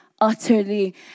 utterly